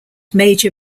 major